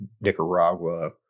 Nicaragua